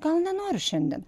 gal nenoriu šiandien